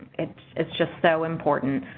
it's it's just so important.